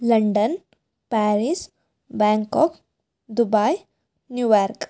London Paris Bangkok Dubai New York